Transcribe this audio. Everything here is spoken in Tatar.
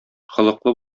холыклы